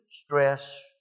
stress